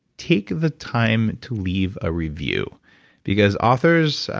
take the time to leave a review because authors,